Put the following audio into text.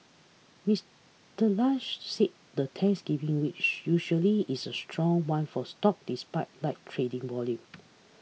Mister Lynch said the Thanksgiving week usually is a strong one for stock despite light trading volume